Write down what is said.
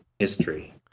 History